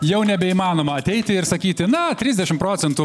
jau nebeįmanoma ateiti ir sakyti na trisdešimt procentų